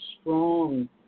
strong